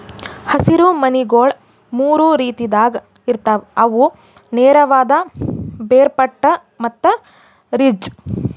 ಹಸಿರು ಮನಿಗೊಳ್ ಮೂರು ರೀತಿದಾಗ್ ಇರ್ತಾವ್ ಅವು ನೇರವಾದ, ಬೇರ್ಪಟ್ಟ ಮತ್ತ ರಿಡ್ಜ್